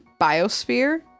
biosphere